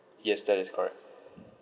yes that is correct